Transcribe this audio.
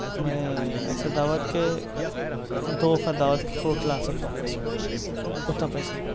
میں ایسے دعوت کے دو دعوت کے فوٹ لا سکتا ہوں بس میں اتنا پیسہ تھا